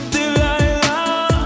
Delilah